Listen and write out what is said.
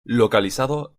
localizado